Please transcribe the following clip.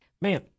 Man